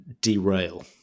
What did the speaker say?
derail